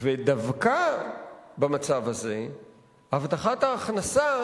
דווקא במצב הזה הבטחת ההכנסה